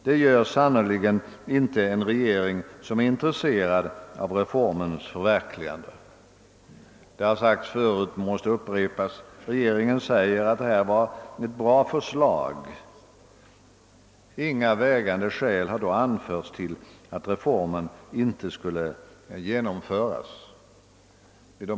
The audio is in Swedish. Det har sagts tidigare men måste upprepas. Regeringen anser att förslaget är bra. Inga vägande skäl har anförts för att reformen inte skulle genomföras.